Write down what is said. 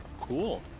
Cool